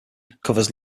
covers